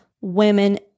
women